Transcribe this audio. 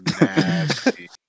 nasty